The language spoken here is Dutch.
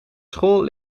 school